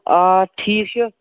آ ٹھیٖک چھُ